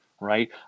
right